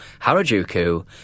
Harajuku